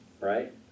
Right